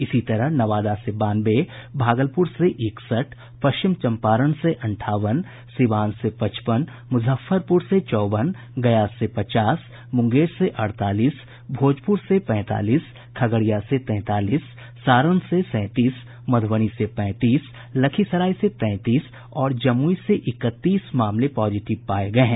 इसी तरह नवादा से बानवे भागलपुर से इकसठ पश्चिम चम्पारण से अंठावन सीवान से पचपन मुजफ्फरपुर में चौवन गया से पचास मुंगेर से अड़तालीस भोजपुर से पैंतालीस खगड़िया से तैंतालीस सारण से सैंतीस मधुबनी से पैंतीस लखीसराय से तैंतीस और जमुई से इकतीस मामले पॉजिटिव पाये गये हैं